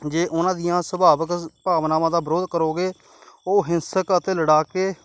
ਜੇ ਉਹਨਾਂ ਦੀਆਂ ਸੁਭਾਵਿਕ ਭਾਵਨਾਵਾਂ ਦਾ ਵਿਰੋਧ ਕਰੋਗੇ ਉਹ ਹਿੰਸਕ ਅਤੇ ਲੜਾਕੇ